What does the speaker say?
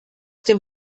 dem